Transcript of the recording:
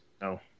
No